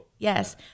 Yes